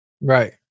Right